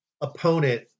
opponent